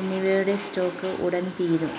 എന്നിവയുടെ സ്റ്റോക് ഉടൻ തീരും